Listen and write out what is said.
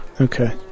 Okay